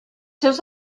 seus